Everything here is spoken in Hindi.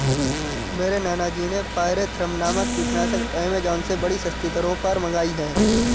मेरे नाना जी ने पायरेथ्रम नामक कीटनाशक एमेजॉन से बड़ी सस्ती दरों पर मंगाई है